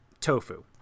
tofu